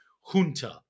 Junta